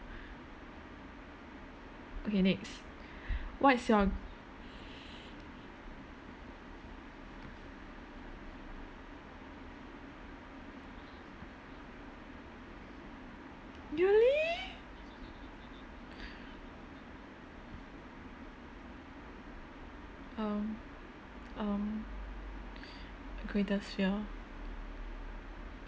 okay next what is your really um um greatest fear